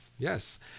Yes